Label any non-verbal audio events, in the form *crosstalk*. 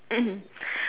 *coughs*